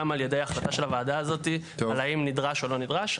על ידי אכיפה של הוועדה הזאת על האם נדרש או לא נדרש.